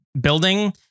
building